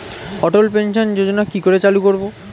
অটল pension যোজনার কি করে চালু করব?